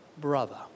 brother